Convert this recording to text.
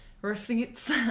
receipts